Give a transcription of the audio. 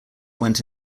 went